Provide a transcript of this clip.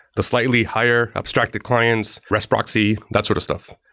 the slightly higher abstracted clients, rest proxy, that sort of stuff.